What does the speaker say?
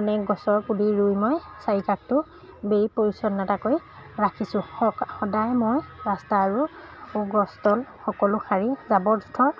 অনেক গছৰ পুলি ৰুই মই চাৰিওকাষটো বেৰি পৰিচ্ছন্নতাকৈ ৰাখিছোঁ সদায় মই ৰাস্তা আৰু গছ তল সকলো সাৰি জাবৰ জোঁথৰ